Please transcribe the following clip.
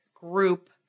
group